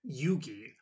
Yugi